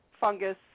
fungus